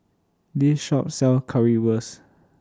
This Shop sells Currywurst